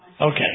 Okay